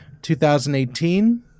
2018